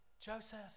Joseph